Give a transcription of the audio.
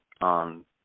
on